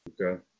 Okay